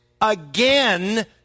again